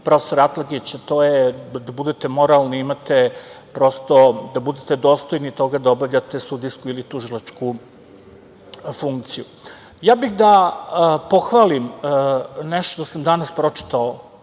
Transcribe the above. prof. Atlagić. To je da bude moralni i da budete dostojni toga da obavljate sudijsku ili tužilačku funkciju. Ja bih da pohvalim nešto što sam danas pročitao